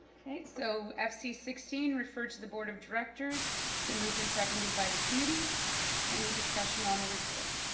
okay so fc sixteen referred to the board of directors it's been moved and seconded by the committee any discussion on the referral